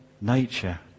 nature